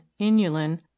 inulin